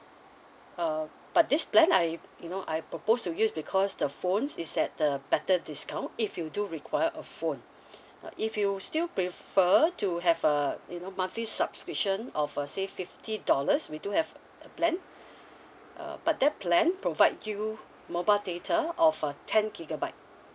uh but this plan I you know I propose to you is because the phone is at the better discount if you do require a phone now if you still prefer to have a you know monthly subscription of a say fifty dollars we do have a a plan uh but that plan provide you mobile data of a ten gigabyte